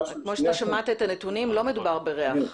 כמו ששמעת את הנתונים, לא מדובר בריח.